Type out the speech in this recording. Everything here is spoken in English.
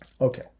okay